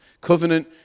Covenant